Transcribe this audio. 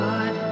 God